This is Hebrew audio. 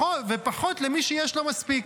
ופחות למי שיש לו מספיק.